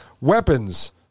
Weapons